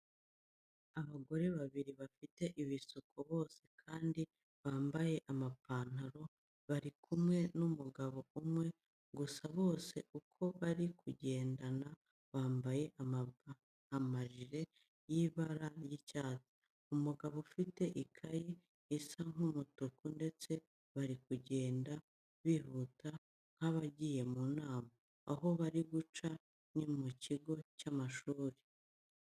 Abagore babiri bafite ibisuko bose kandi bambaye amapantaro, bari kumwe n'umugabo umwe, gusa bose uko bari kugendana bambaye amajire y'ibara ry'icyatsi. Umugabo afite ikayi isa nk'umutuku ndetse bari kugenda bihuta nk'abagiye mu nama. Aho bari guca ni mu kigo cy'amashuri.